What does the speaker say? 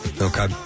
Okay